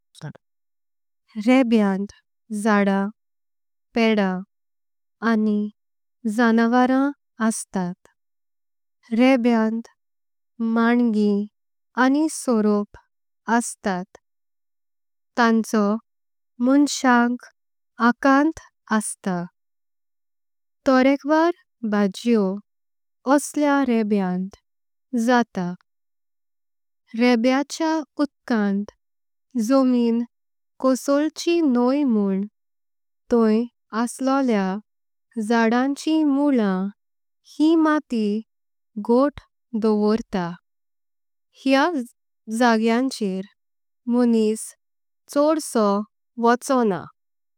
रेब्यांत झाडां पेडां आनी जानवारां अस्तात। रेब्यांत मांगीं आनी सुरोप अस्तात तांचो। मन सांगाक अंता तोरेकवार भाजियो। असल्या रेब्यांत जातात रेब्याच्या उदकांत। जमीनीं कशेळचि न्हयी म्हों टोय् असलेलया। झाडां ची मुलां ही माटी घोट दोवर्ता हेया। जागेह्चर मानस चोडसो वोचोना।